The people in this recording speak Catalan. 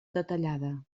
detallada